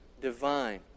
divine